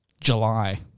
July